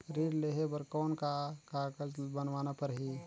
ऋण लेहे बर कौन का कागज बनवाना परही?